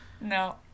No